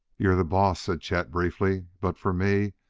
you're the boss, said chet briefly but, for me,